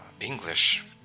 English